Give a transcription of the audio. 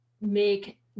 make